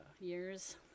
years